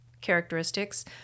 characteristics